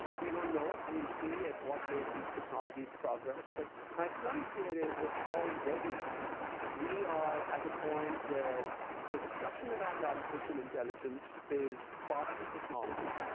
we don't know. we'll see at what rate these technologies progress. but my point here is that already we are at a point where the discussion around artificial intelligence is partly technology,